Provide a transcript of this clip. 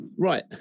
Right